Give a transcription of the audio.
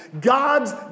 God's